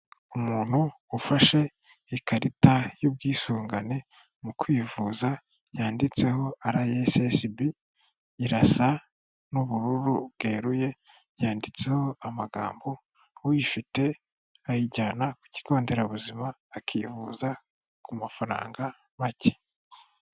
Umuntu ufashe ikarita y'ubwisungane mu kwivuza yanditseho RSSB, irasa n'ubururu bweruye, yanditseho amagambo, uyifite ayijyana ku kigo nderabuzima akivuza ku mafaranga macye.